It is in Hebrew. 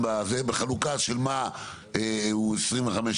בחלוקה של מה הוא 75%-25%,